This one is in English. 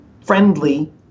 friendly